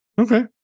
Okay